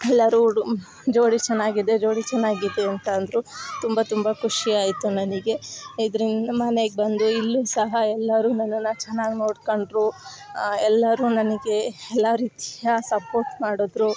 ಎಲ್ಲರು ಹುಡು ಜೋಡಿ ಚೆನ್ನಾಗಿದೆ ಜೋಡಿ ಚೆನ್ನಾಗಿದೆ ಅಂತ ಅಂದರು ತುಂಬ ತುಂಬ ಖುಷಿ ಆಯಿತು ನನಗೆ ಇದ್ರಿಂದ ಮನೆಗೆ ಬಂದು ಇಲ್ಲೂ ಸಹ ಎಲ್ಲರು ನನ್ನನ್ನು ಚೆನ್ನಾಗ್ ನೋಡ್ಕೊಂಡ್ರು ಎಲ್ಲರು ನನಗೆ ಎಲ್ಲ ರೀತಿಯ ಸಪೋರ್ಟ್ ಮಾಡಿದ್ರು